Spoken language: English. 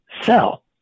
cell